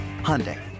Hyundai